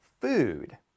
food